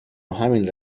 همین